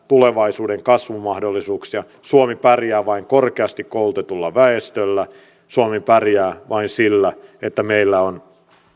tulevaisuuden kasvumahdollisuuksia suomi pärjää vain korkeasti koulutetulla väestöllä suomi pärjää vain sillä että meillä on